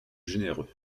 généreux